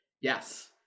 yes